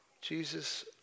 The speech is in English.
Jesus